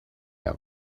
are